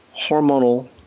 hormonal